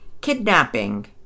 kidnapping